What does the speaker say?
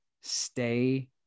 stay